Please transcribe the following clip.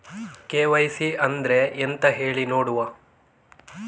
KYC ಅಂದ್ರೆ ಎಂತ ಹೇಳಿ ನೋಡುವ?